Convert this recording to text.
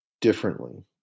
differently